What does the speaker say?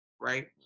right